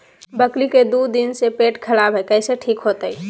बकरी के दू दिन से पेट खराब है, कैसे ठीक होतैय?